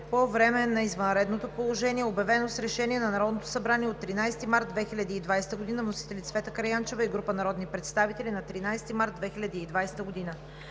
по време на извънредното положение, обявено с Решение на Народното събрание от 13 март 2020 г., вносители – Цвета Караянчева и група народни представители, 16 март 2020 г.